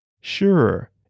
Sure